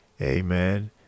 amen